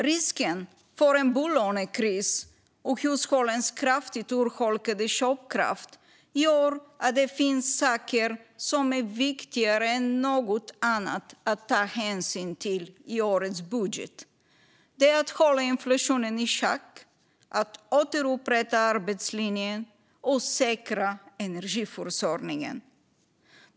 Risken för en bolånekris och hushållens kraftigt urholkade köpkraft gör att det finns saker som är viktigare än något annat att ta hänsyn till i årets budget, nämligen att hålla inflationen i schack, att återupprätta arbetslinjen och säkra energiförsörjningen.